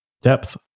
depth